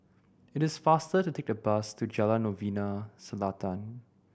it is faster to take the bus to Jalan Novena Selatan